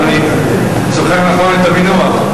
אם אני זוכר נכון את המינוח.